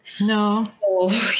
No